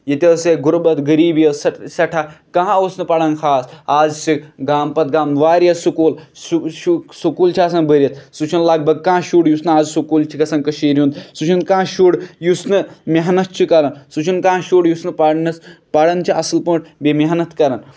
ییٚتہِ ٲس یہِ غُربت غریٖبی ٲس سٮ۪ٹھاہ کانہہ اوس نہٕ پَران خاص آز چھِ گامہٕ پَتہٕ گامہٕ واریاہ سکوٗل سکوٗل چھِ آسان بٔرِتھ سُہ چھُ نہٕ لگ بگ کانہہ شُر یُس نہٕ آز سکوٗل چھُ گژھان کٔشیٖر ہُند سُہ چھُنہٕ کانہہ شُر یُس نہٕ محنت چھُ کران سُہ چھُنہٕ کانہہ شُر یُس نہٕ پَرنَس یُس نہٕ پرنَس پران چھُ اَصٕل پٲٹھۍ بیٚیہِ محنت کران